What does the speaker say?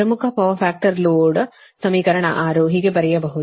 ಪ್ರಮುಖ power factor load ಸಮೀಕರಣ 6 ಹೀಗೆ ಬರೆಯಬಹುದು